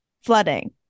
flooding